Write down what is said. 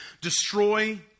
destroy